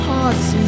Hearts